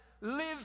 live